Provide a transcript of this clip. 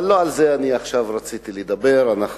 אבל לא על זה רציתי לדבר עכשיו.